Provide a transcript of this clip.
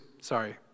Sorry